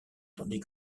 tandis